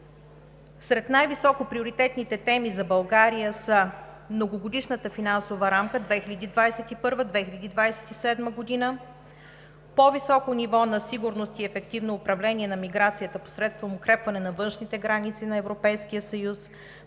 Сред най-високо приоритетните теми за България са Многогодишната финансова рамка 2021 – 2027 г., по-високо ниво на сигурност и ефективно управление на миграцията посредством укрепване на външните граници на Европейския съюз,